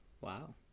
Wow